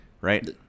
Right